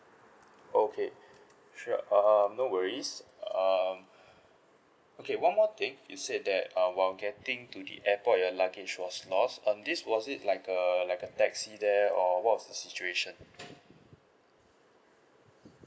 okay sure um no worries um okay one more thing you said that uh while getting to the airport your luggage was lost um this was it like a like a taxi there or what was the situation